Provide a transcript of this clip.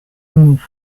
noue